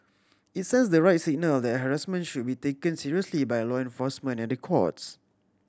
it sends the right signal that harassment should be taken seriously by law enforcement and the courts